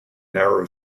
narrow